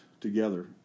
together